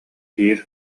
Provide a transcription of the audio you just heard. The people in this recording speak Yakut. биир